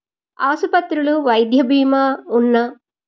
ఆసుపత్రులు వైద్య భీమా ఉన్న